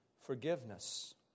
forgiveness